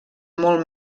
molt